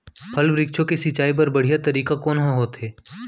फल, वृक्षों के सिंचाई बर बढ़िया तरीका कोन ह होथे?